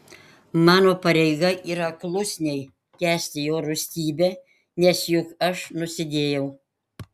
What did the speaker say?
mano pareiga yra klusniai kęsti jo rūstybę nes juk aš nusidėjau